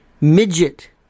Midget